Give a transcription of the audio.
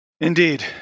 Indeed